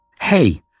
Hey